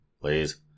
please